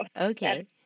Okay